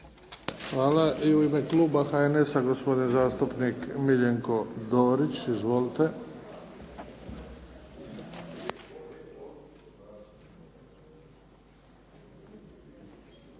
Hvala. I u ime kluba HNS-a, gospodin zastupnik Miljenko Dorić. Izvolite.